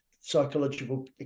psychological